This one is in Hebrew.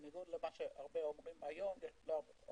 בניגוד למה שאנשים אומרים היום הלאמה,